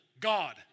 God